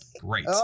great